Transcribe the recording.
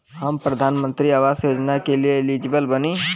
हम प्रधानमंत्री आवास योजना के लिए एलिजिबल बनी?